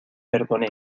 perdoné